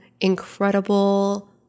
incredible